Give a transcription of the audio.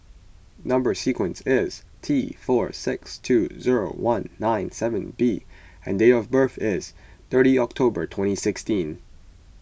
Number Sequence is T four six two zero one nine seven B and date of birth is thirty October twenty sixteen